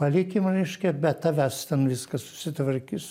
palikim reiškia be tavęs ten viskas susitvarkys